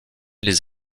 les